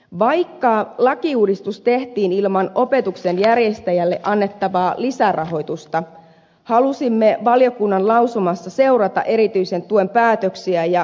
vaikka lakiuudistus tehtiin ilman opetuksen järjestäjälle annettavaa lisärahoitusta halusimme valiokunnan lausumassa seurata erityisen tuen päätöksiä ja kustannusvaikutuksia